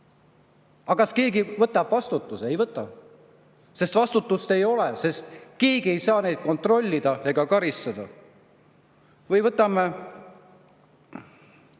Aga kas keegi võtab vastutuse? Ei võta, sest vastutust ei ole – mitte keegi ei saa neid kontrollida ega karistada. Või võtame